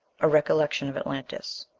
a recollection of atlantis.